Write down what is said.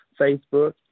Facebook